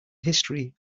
history